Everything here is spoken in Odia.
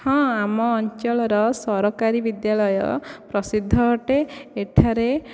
ହଁ ଆମ ଅଞ୍ଚଳର ସରକାରୀ ବିଦ୍ୟାଳୟ ପ୍ରସିଦ୍ଧ ଅଟେ ଏଠାରେ